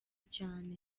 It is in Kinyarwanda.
cyane